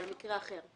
על מקרה אחר.